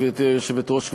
גברתי היושבת-ראש,